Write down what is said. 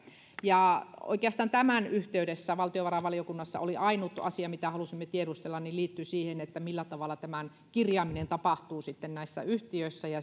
oikeastaan tämän yhteydessä valtiovarainvaliokunnassa ainut asia mitä halusimme tiedustella liittyi siihen millä tavalla tämän kirjaaminen tapahtuu näissä yhtiöissä